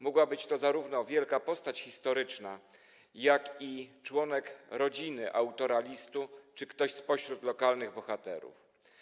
Mogła to być zarówno wielka postać historyczna, mógł to być członek rodziny autora listu czy ktoś spośród lokalnych bohaterów.